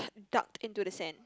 dug into the sand